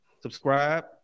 Subscribe